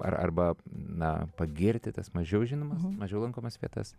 ar arba na pagirti tas mažiau žinomas mažiau lankomas vietas